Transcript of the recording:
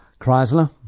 Chrysler